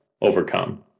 overcome